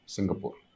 Singapore